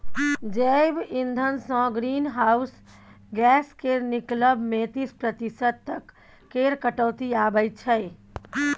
जैब इंधनसँ greenhouse gas केर निकलब मे तीस प्रतिशत तक केर कटौती आबय छै